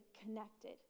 connected